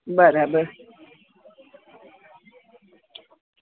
બરાબર